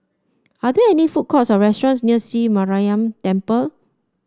are there food courts or restaurants near Sri Mariamman Temple